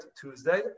Tuesday